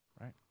right